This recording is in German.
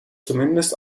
zumindest